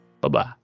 Bye-bye